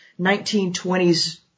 1920s